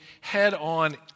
head-on